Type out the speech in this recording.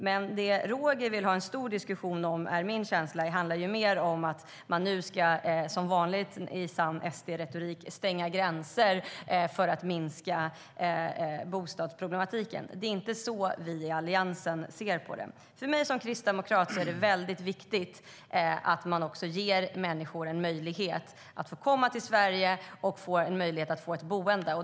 Min känsla är att Roger Hedlund i stället vill ha en stor diskussion, som vanligt i sann SD-retorikstil, om att vi ska stänga gränserna för att minska bostadsproblemet. Det är inte så vi i Alliansen ser på det. För mig som kristdemokrat är det viktigt att ge människor möjlighet att komma till Sverige och få ett boende.